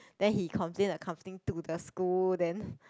then he complain the company to the school then